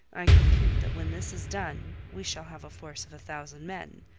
i compute that when this is done we shall have a force of a thousand men,